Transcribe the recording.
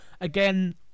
Again